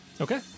Okay